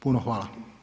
Puno hvala.